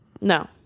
No